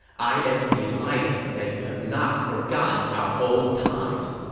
i am delighted that you have not forgotten our old ties.